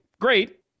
Great